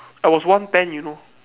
I was one ten you know